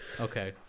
Okay